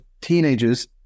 teenagers